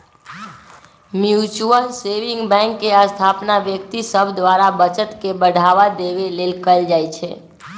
mutual saving bank के स्थापना व्यक्ति सभ द्वारा बचत के बढ़ावा देबे लेल कयल जाइ छइ